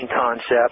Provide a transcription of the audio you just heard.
concept